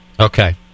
Okay